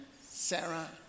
Sarah